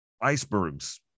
icebergs